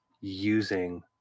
using